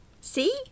See